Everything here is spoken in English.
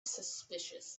suspicious